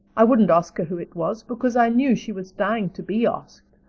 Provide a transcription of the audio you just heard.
i wouldn't ask her who it was, because i knew she was dying to be asked.